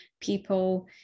people